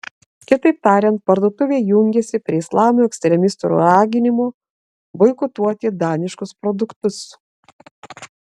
kitaip tariant parduotuvė jungiasi prie islamo ekstremistų raginimų boikotuoti daniškus produktus